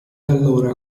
allora